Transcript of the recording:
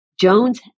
Jones